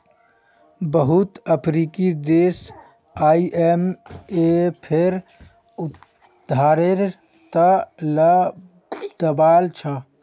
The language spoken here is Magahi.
बहुत अफ्रीकी देश आईएमएफेर उधारेर त ल दबाल छ